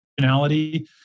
functionality